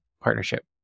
partnership